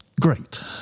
Great